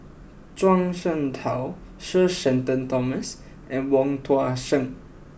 Zhuang Shengtao Sir Shenton Thomas and Wong Tuang Seng